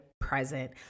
present